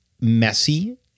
messy